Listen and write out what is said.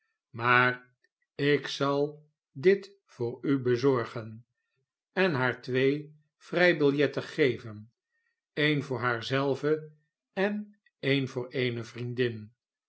maar ik zal dit voor u bezorgen en haar twee vrijbiljetten geven een voor haar zelve en een voor eene vriendin